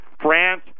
france